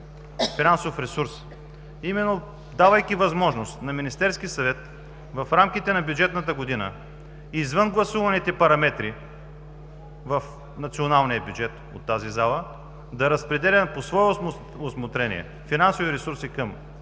финансов ресурс. Именно възможността на Министерския съвет в рамките на бюджетната година извън гласуваните от тази зала параметри в националния бюджет да разпределя по свое усмотрение финансови ресурси към